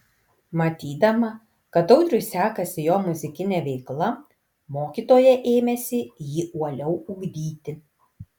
matydama kad audriui sekasi jo muzikinė veikla mokytoja ėmėsi jį uoliau ugdyti